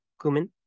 cumin